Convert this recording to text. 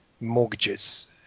mortgages